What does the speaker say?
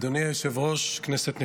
אדוני היושב-ראש, כנסת נכבדה,